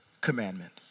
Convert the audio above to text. commandment